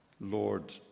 Lord